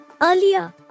Earlier